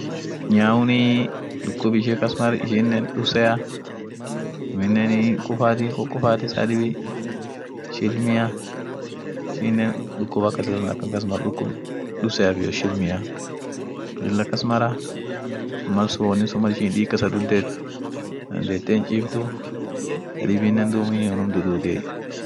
nyaunii dukub ishi kas mar ishinen dusea aminenii hinkufati hinkukufati saa dibi shilmia, ishenen dukub akasi suunt akan kas mar dukub dusea iyo shilmia lilla kas mara, mal sun wonni sun mal ishin diig kasa duddeet dandeete hinchiftu tafibinen duum unum duduutiey.